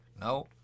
No